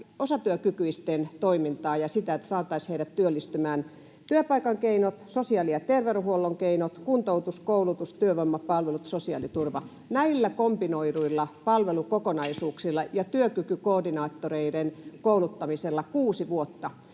osatyökykyisten toimintaa ja sitä, että saataisiin heidät työllistymään — työpaikan keinot, sosiaali- ja terveydenhuollon keinot, kuntoutus, koulutus, työvoimapalvelut ja sosiaaliturva, näillä kombinoiduilla palvelukokonaisuuksilla ja työkykykoordinaattoreiden kouluttamisella kuusi vuotta.